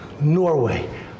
Norway